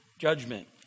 judgment